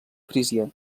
frísia